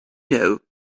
know